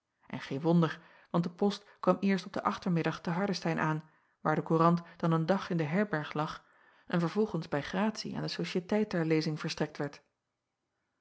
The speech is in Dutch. n geen wonder want de post kwam eerst op den achtermiddag te ardestein aan waar de courant dan een dag in de herberg lag en vervolgens bij gratie aan de ociëteit ter lezing verstrekt werd